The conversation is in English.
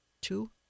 two